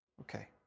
Okay